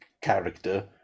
character